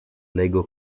lego